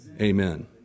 Amen